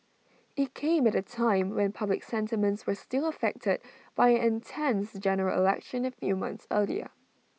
IT came at A time when public sentiments were still affected by an intense General Election A few months earlier